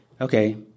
okay